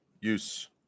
use